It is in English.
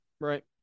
Right